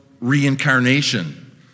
reincarnation